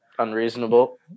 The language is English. Unreasonable